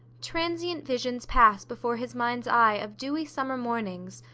transient visions pass before his mind's eye of dewy summer mornings,